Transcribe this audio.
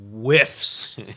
whiffs